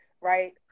right